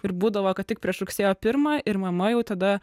ir būdavo kad tik prieš rugsėjo pirmą ir mama jau tada